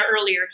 earlier